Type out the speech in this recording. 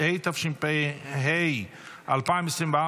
התשפ"ה 2024,